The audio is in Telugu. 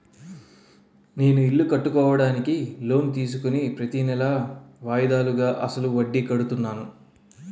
నేను ఇల్లు కట్టుకోడానికి లోన్ తీసుకుని ప్రతీనెలా వాయిదాలుగా అసలు వడ్డీ కడుతున్నాను